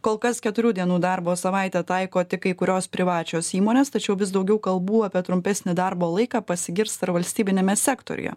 kol kas keturių dienų darbo savaitę taiko tik kai kurios privačios įmonės tačiau vis daugiau kalbų apie trumpesnį darbo laiką pasigirsta ir valstybiniame sektoriuje